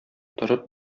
торып